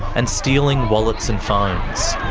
and stealing wallets and phones.